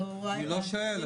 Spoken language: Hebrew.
אני לא שואל אני אומר.